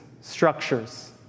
structures